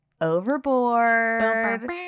Overboard